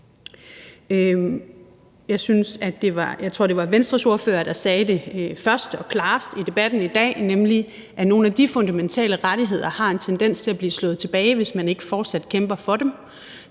Jeg tror, det var Venstres ordfører, der sagde det først og klarest i debatten i dag, nemlig at nogle af de fundamentale rettigheder har en tendens til at blive slået tilbage, hvis man ikke fortsat kæmper for dem.